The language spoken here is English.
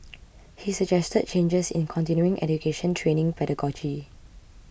he suggested changes in continuing education training pedagogy